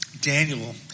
Daniel